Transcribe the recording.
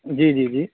جی جی جی